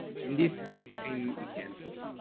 in this extreme example,